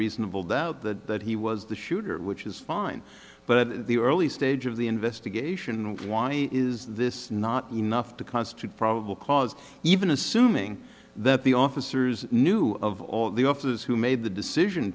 reasonable doubt that he was the shooter which is fine but the early stage of the investigation and why is this not enough to constitute probable cause even assuming that the officers knew of all the officers who made the decision